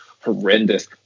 horrendous